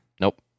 Nope